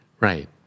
Right